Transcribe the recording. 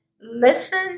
listen